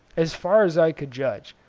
as far as i could judge,